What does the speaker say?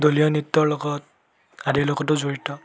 দলীয় নৃত্যৰ লগত আদিৰ লগতো জড়িত